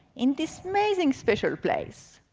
in this amazing special place?